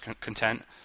content